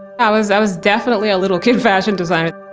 i was i was definitely a little kid fashion designer.